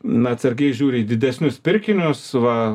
na atsargiai žiūri į didesnius pirkinius va